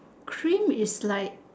cream is like